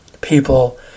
people